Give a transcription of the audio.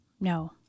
No